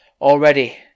already